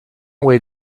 away